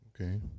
Okay